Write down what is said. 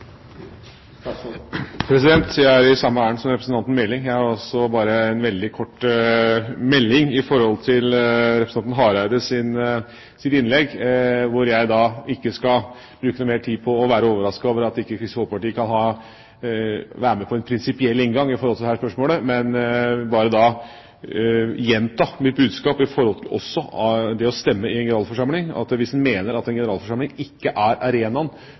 representanten Hareides innlegg, og skal ikke bruke noe mer tid på at jeg er overrasket over at ikke Kristelig Folkeparti kan være med på en prinsipiell inngang til dette spørsmålet. Jeg vil bare gjenta mitt budskap når det gjelder det å stemme i en generalforsamling: Hvis man mener at en generalforsamling ikke er